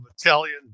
Italian